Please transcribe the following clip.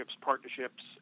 partnerships